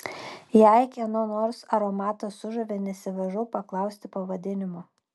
jei kieno nors aromatas sužavi nesivaržau paklausti pavadinimo